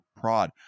prod